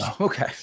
Okay